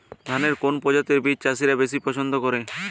ধানের কোন প্রজাতির বীজ চাষীরা বেশি পচ্ছন্দ করে?